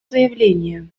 заявление